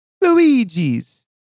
Luigi's